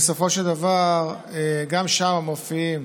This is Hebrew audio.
בסופו של דבר, גם שם מופיעים